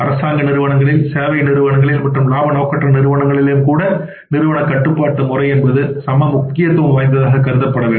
அரசாங்க நிறுவனங்களில் சேவை நிறுவனங்களில் மற்றும் இலாப நோக்கற்ற நிறுவனத்திலும் கூட நிறுவன கட்டுப்பாட்டு முறை என்பது சம முக்கியத்துவம் வாய்ந்ததாக கருதப்படுகிறது